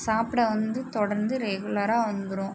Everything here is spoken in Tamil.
சாப்பிட வந்து தொடர்ந்து ரெகுலராக வந்துரும்